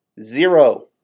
Zero